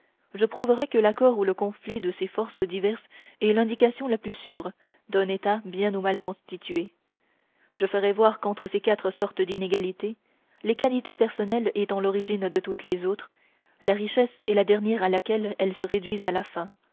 je prouverais que l'accord ou le conflit de ces forces diverses est l'indication la plus sûre d'un état bien ou mal constitué je ferais voir qu'entre ces quatre sortes d'inégalité les qualités personnelles étant l'origine de toutes les autres la richesse est la dernière à laquelle elles se réduisent à la fin